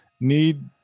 need